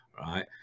right